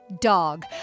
dog